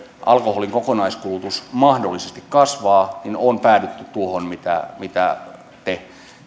alkoholin kokonaiskulutus mahdollisesti kasvaa on päädytty tuohon mitä mitä te